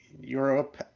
Europe